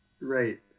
Right